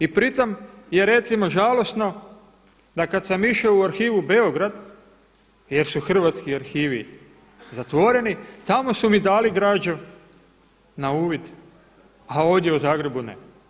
I pri tom je recimo žalosno da kada sam išao u arhivu u Beograd jer su hrvatski arhivi zatvoreni, tamo su mi dali građu na uvid, a ovdje u Zagrebu ne.